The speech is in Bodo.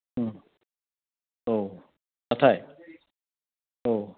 औ नाथाय औ